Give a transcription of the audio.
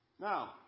Now